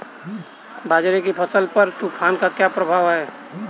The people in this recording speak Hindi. बाजरे की फसल पर तूफान का क्या प्रभाव होगा?